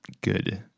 good